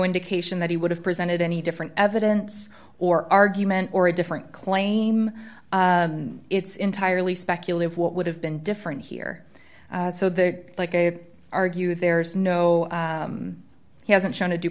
indication that he would have presented any different evidence or argument or a different claim it's entirely speculative what would have been different here so the like i would argue there's no he hasn't shown a due